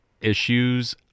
issues